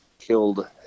killed